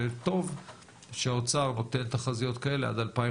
וטוב שהאוצר נותן תחזיות כאלה עד 2050